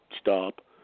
stop